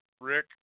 Rick